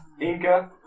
Inca